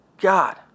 God